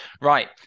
Right